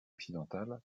occidentale